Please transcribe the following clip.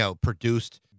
produced